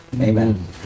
Amen